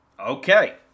Okay